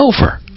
over